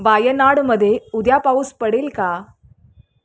वायनाडमध्ये उद्या पाऊस पडेल का